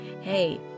hey